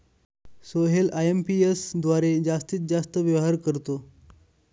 Sohail IMPS द्वारे जास्तीत जास्त व्यवहार करतो